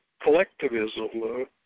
collectivism